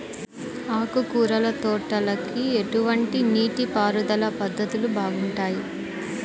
ఆకుకూరల తోటలకి ఎటువంటి నీటిపారుదల పద్ధతులు బాగుంటాయ్?